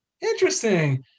Interesting